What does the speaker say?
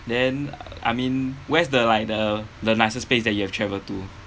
then I mean where's the like the the nicest place that you have travel to